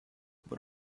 what